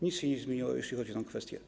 Nic się nie zmieniło, jeśli chodzi o tę kwestię.